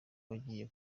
wagiye